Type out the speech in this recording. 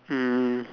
um